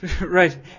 Right